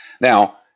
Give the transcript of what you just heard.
Now